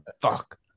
fuck